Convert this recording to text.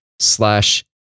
Slash